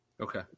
okay